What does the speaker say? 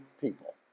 people